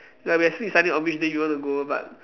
ya we are still deciding on which day we want to go but